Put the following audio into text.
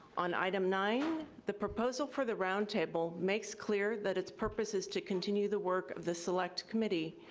on item nine, the proposal for the roundtable makes clear that its purpose is to continue the work of the select committee.